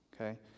okay